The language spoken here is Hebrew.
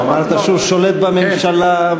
אמרת שהוא שולט בממשלה.